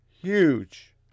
huge